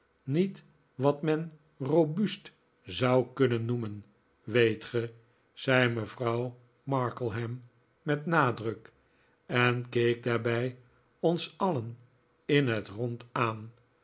niet wat men robuust zou kunnen noemen weet ge zei mevrouw markleham met nadruk en keek daarbij ons alien in het rond aan